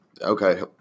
Okay